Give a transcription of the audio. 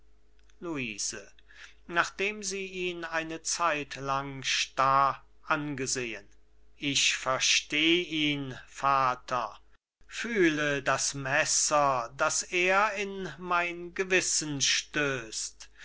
luise nachdem sie ihn eine zeitlang starr angesehen ich versteh ihn vater fühle das messer das er in mein gewissen stößt